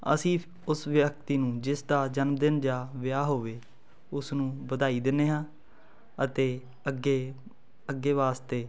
ਅਸੀਂ ਉਸ ਵਿਅਕਤੀ ਨੂੰ ਜਿਸ ਦਾ ਜਨਮਦਿਨ ਜਾਂ ਵਿਆਹ ਹੋਵੇ ਉਸ ਨੂੰ ਵਧਾਈ ਦਿੰਦੇ ਹਾਂ ਅਤੇ ਅੱਗੇ ਅੱਗੇ ਵਾਸਤੇ